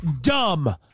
Dumb